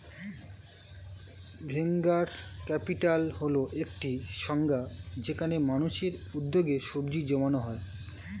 venture capital হল একটি সংস্থা যেখানে মানুষের উদ্যোগে পুঁজি জমানো হয়